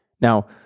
Now